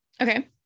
okay